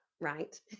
right